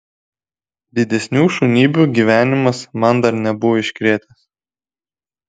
didesnių šunybių gyvenimas man dar nebuvo iškrėtęs